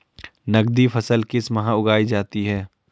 नकदी फसल किस माह उगाई जाती है?